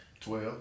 Twelve